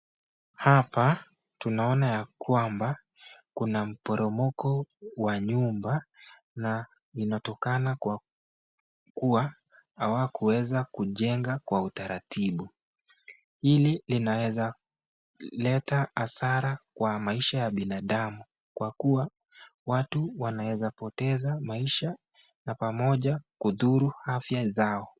Hapa tunaona ya kwamba kuna mporomoko wa nyumba na inatokana kwa kuwa hawakuweza kujenga kwa utaratibu. Hii inaweza leta hasara kwa maisha ya binadamu kwa kuwa watu wanaeza poteza maisha na pamoja kudhuru afya zao.